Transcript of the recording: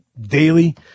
daily